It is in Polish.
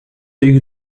ich